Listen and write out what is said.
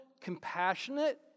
compassionate